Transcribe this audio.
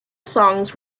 songs